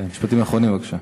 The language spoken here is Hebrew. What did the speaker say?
משפטים אחרונים, בבקשה.